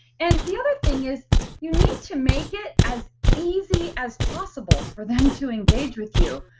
and the other thing is you need to make it as easy as possible for them to engage with you.